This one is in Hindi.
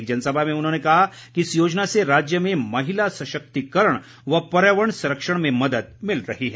एक जनसभा में उन्होंने कहा कि इस योजना से राज्य में महिला सशक्तिकरण व पर्यावरण संरक्षण में मदद मिल रही है